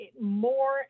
More